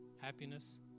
happiness